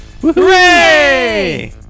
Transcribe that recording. Hooray